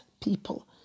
people